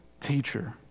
teacher